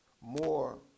more